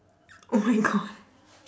oh my god